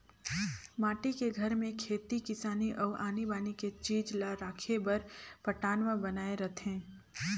माटी के घर में खेती किसानी अउ आनी बानी के चीज ला राखे बर पटान्व बनाए रथें